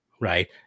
right